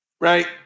Right